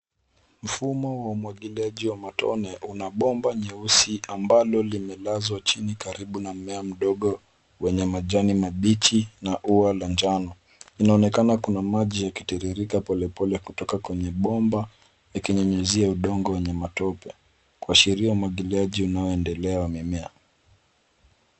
Mfumo wa umwagiliaji wa matone una bomba nyeusi ambalo limelazwa chini ,karibu na mmea mdogo wenye majani mabichi na ua la njano inaonekana kuna maji yakitiririka polepole kutoka kwenye bomba ya kinyunyizia udongo wenye matope kwa sheria umwagiliaji unaoendelea wamemea.